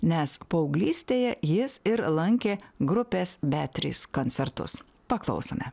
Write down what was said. nes paauglystėje jis ir lankė grupės beatris koncertus paklausome